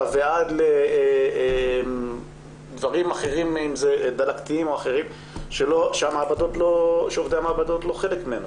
ועד דברים אחרים שעובדי המעבדות לא חלק מהם.